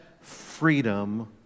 freedom